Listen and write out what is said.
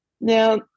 Now